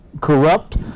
corrupt